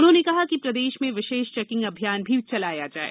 उन्होंने कहा कि प्रदेश में विशेष चेकिंग अभियान भी चलाया जाये